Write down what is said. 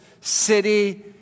city